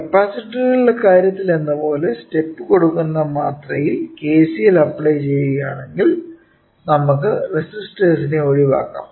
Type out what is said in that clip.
കപ്പാസിറ്ററുകളുടെ കാര്യത്തിലെന്നപോലെ സ്റ്റെപ്പ് കൊടുക്കുന്ന മാത്രയിൽ KCL അപ്ലൈ ചെയ്യുകയാണെങ്കിൽ നമുക്ക് റെസിസ്റ്റഴ്സ്നെ ഒഴിവാക്കാം